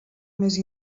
més